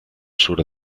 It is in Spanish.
sur